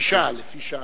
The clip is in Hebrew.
לפי שעה,